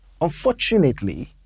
Unfortunately